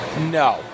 No